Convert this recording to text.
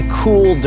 cool